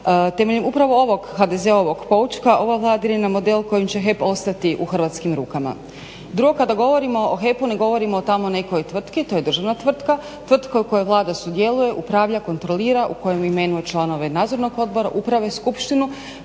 Temeljem upravo ovog HDZ-ovog poučka ova Vlada ide na model kojim će HEP ostati u hrvatskim rukama. Drugo, kada govorimo o HEP-u ne govorimo o tamo nekoj tvrtki, to je državna tvrtka. Tvrtka u kojoj Vlada sudjeluje, upravlja, kontrolira, u kojoj imenuje članove nadzornog odbora, uprave, skupštinu.